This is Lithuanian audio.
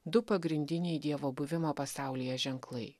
du pagrindiniai dievo buvimo pasaulyje ženklai